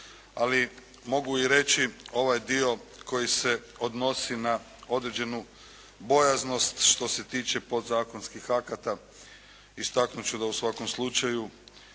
Ali, mogu i reći ovaj dio koji se odnosi na određenu bojaznost što se tiče podzakonskih akata istaknuti ću da u svakom slučaju